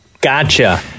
Gotcha